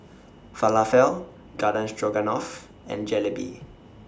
Falafel Garden Stroganoff and Jalebi